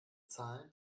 zahlen